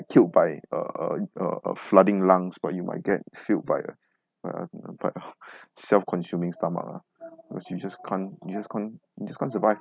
killed by a a a a flooding lungs but you might get killed by a a a bug self consuming stomach lah because you just can't you just can't you just can't survive